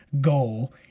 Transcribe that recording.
goal